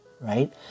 right